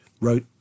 wrote